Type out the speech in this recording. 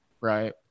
Right